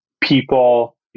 people